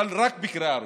אבל רק בקריאה ראשונה,